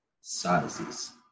sizes